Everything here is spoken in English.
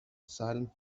silent